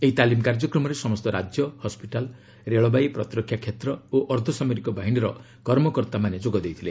ଏହି ତାଲିମ କାର୍ଯ୍ୟକ୍ରମରେ ସମସ୍ତ ରାଜ୍ୟ ହସିଟାଲ୍ ରେଳବାଇ ପ୍ରତିରକ୍ଷା କ୍ଷେତ୍ର ଓ ଅର୍ଦ୍ଧସାମରିକ ବାହିନୀର କର୍ମକର୍ତ୍ତାମାନେ ଯୋଗ ଦେଇଥିଲେ